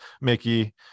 Mickey